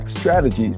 strategies